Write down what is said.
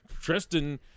Tristan